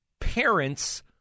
parents